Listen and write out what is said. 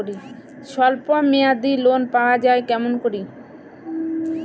স্বল্প মেয়াদি লোন পাওয়া যায় কেমন করি?